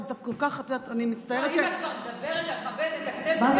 אם את כבר מדברת על לכבד את הכנסת ואת